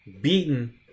beaten